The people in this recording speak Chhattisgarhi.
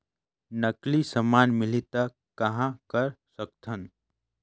नकली समान मिलही त कहां कर सकथन?